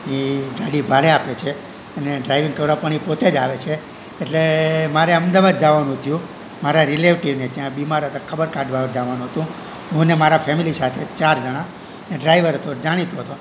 એ ગાડી ભાડે આપે છે અને ડ્રાઇવિંગ કરવા પણ એ પોતે જ આવે છે એટલે મારે અમદાવાદ જાવાનું થયું મારા રિલેટિવને ત્યાં બીમાર હતા ખબર કાઢવા જાવાનું હતું હું ને મારા ફેમેલી સાથે ચાર જણા એ ડ્રાઈવર તો જાણીતો હતો